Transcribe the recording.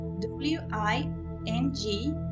w-i-n-g